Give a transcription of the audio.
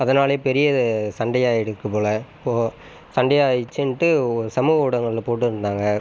அதனாலேயே பெரிய சண்டையாகியிருக்கு போல் இப்போது சண்டை ஆகிடுச்சின்ட்டு சமூக ஊடகங்களில் போட்டிருந்தாங்க